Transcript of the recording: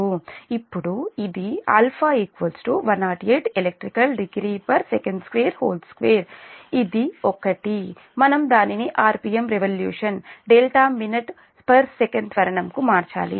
ఇప్పుడు ఇది α 108 elect degree Sec22 ఇది ఒకటి మనం దానిని rpm రెవల్యూషన్ ర్ మినిట్ సెకను త్వరణం కు మార్చాలి